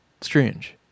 Strange